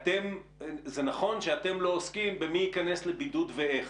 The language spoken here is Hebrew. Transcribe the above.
זה נכון שאתם לא עוסקים במי ייכנס לבידוד ואיך,